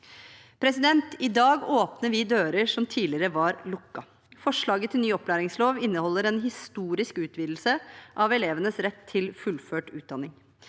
sektoren. I dag åpner vi dører som tidligere var lukket. Forslaget til ny opplæringslov inneholder en historisk utvidelse av elevenes rett til fullført utdanning.